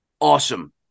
awesome